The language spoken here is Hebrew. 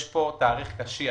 יש פה תאריך קשיח.